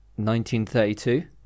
1932